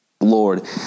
Lord